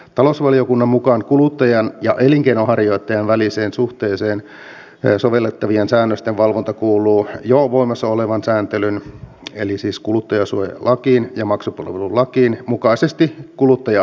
talousvaliokunnan mukaan kuluttajan ja elinkeinonharjoittajan väliseen suhteeseen sovellettavien säännösten valvonta kuuluu jo voimassa olevan sääntelyn eli siis kuluttajansuojalain ja maksupalvelulain mukaisesti kuluttaja asiamiehelle